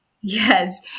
Yes